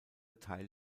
teil